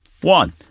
One